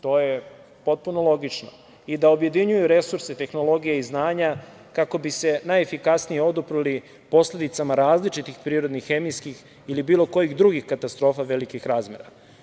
To je potpuno logično i da objedinjuju resurse, tehnologije i znanja kako bi se najefikasnije oduprli posledicama različitih prirodnih, hemijskih ili bilo kojih drugih katastrofa velikih razmera.